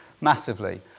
massively